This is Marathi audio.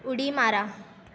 उडी मारा